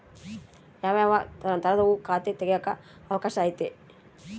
ಯಾವ್ಯಾವ ತರದುವು ಖಾತೆ ತೆಗೆಕ ಅವಕಾಶ ಐತೆ?